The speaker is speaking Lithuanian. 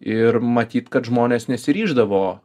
ir matyt kad žmonės nesiryždavo